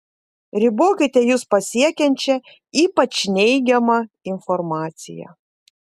ribokite jus pasiekiančią ypač neigiamą informaciją